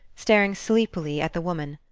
staring sleepily at the woman.